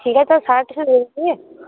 ঠিক আছে